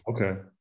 okay